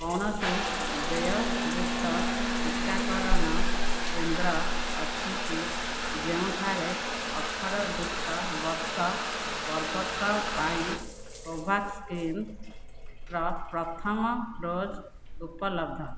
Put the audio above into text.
କୌଣସି ଦେୟଯୁକ୍ତ ଟିକାକରଣ କେନ୍ଦ୍ର ଅଛି କି ଯେଉଁଠାରେ ଅଠର ଯୁକ୍ତ ବର୍ଷ ବର୍ଗଙ୍କ ପାଇଁ କୋଭ୍ୟାକ୍ସିନ୍ ର ପ୍ରଥମ ଡୋଜ୍ ଉପଲବ୍ଧ